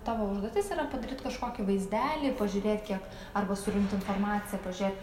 tavo užduotis yra padaryt kažkokį vaizdelį pažiūrėt kiek arba surinkt informaciją pažiūrėt